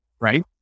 right